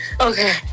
Okay